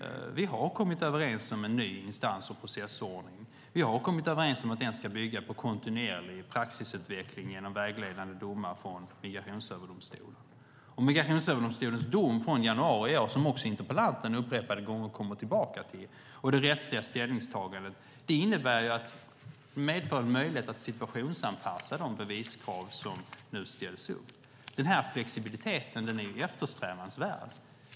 Vi har kommit överens om en ny instans och processordning, och vi har kommit överens om att den ska bygga på kontinuerlig praxisutveckling genom vägledande domar från Migrationsöverdomstolen. Migrationsöverdomstolens dom från januari i år, som interpellanten upprepade gånger kommer tillbaka till, och det rättsliga ställningstagandet medför en möjlighet att situationsanpassa de beviskrav som ställs upp. Denna flexibilitet är eftersträvansvärd.